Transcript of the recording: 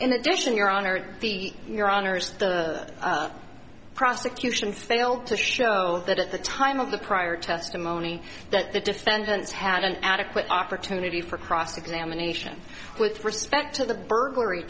in addition your honor your honors the prosecution failed to show that at the time of the prior testimony that the defendants had an adequate opportunity for cross examination with respect to the burglary